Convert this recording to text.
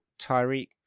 Tyreek